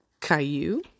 Caillou